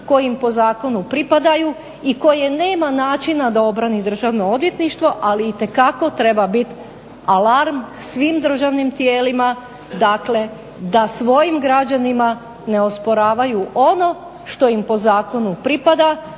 koji im po zakonu pripadaju i koje nema načina da obrani državno odvjetništvo, ali itekako treba biti alarm svim državnim tijelima dakle da svojim građanima ne osporavaju ono što im po zakonu pripada,